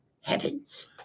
heavens